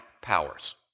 powers